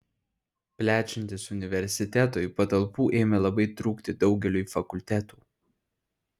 plečiantis universitetui patalpų ėmė labai trūkti daugeliui fakultetų